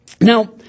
Now